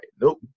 nope